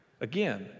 Again